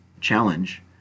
challenge